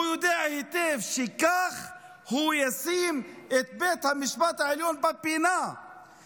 הוא יודע היטב שכך הוא ישים את בית המשפט העליון בפינה,